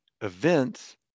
events